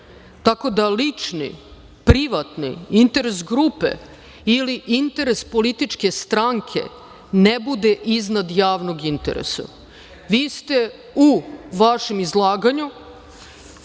tako da lični, privatni, interes grupe ili interes političke stranke ne bude iznad javnog interesa. Vi ste u vašem izlaganju